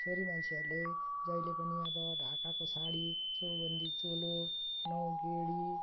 छोरी मान्छेहरूले जहिले पनि अब ढाकाको साडी चौबन्दी चोलो नौगेडी